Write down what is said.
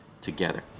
together